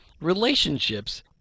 relationships